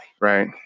Right